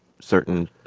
certain